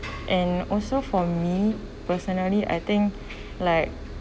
and also for me personally I think like